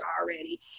already